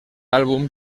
álbum